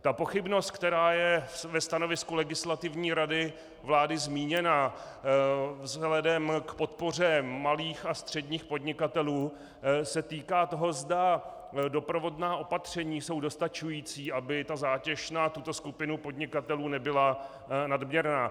Ta pochybnost, která je ve stanovisku Legislativní rady vlády zmíněna vzhledem k podpoře malých a středních podnikatelů, se týká toho, zda doprovodná opatření jsou dostačující, aby ta zátěž na tuto skupinu podnikatelů nebyla nadměrná.